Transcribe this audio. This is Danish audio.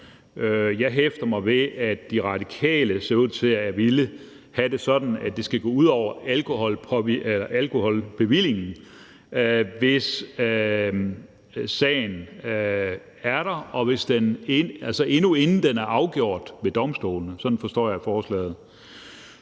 Jeg hæfter mig ved, at De Radikale ser ud til at ville have det sådan, at det skal gå ud over alkoholbevillingen, endnu inden sagen er afgjort ved domstolene. Sådan forstår jeg forslaget.